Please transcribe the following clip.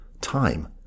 Time